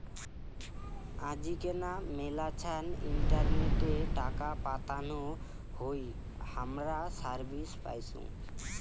আজিকেনা মেলাছান ইন্টারনেটে টাকা পাতানো হই হামরা সার্ভিস পাইচুঙ